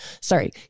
sorry